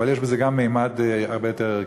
אבל שיש בו גם ממד הרבה יותר ערכי.